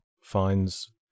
finds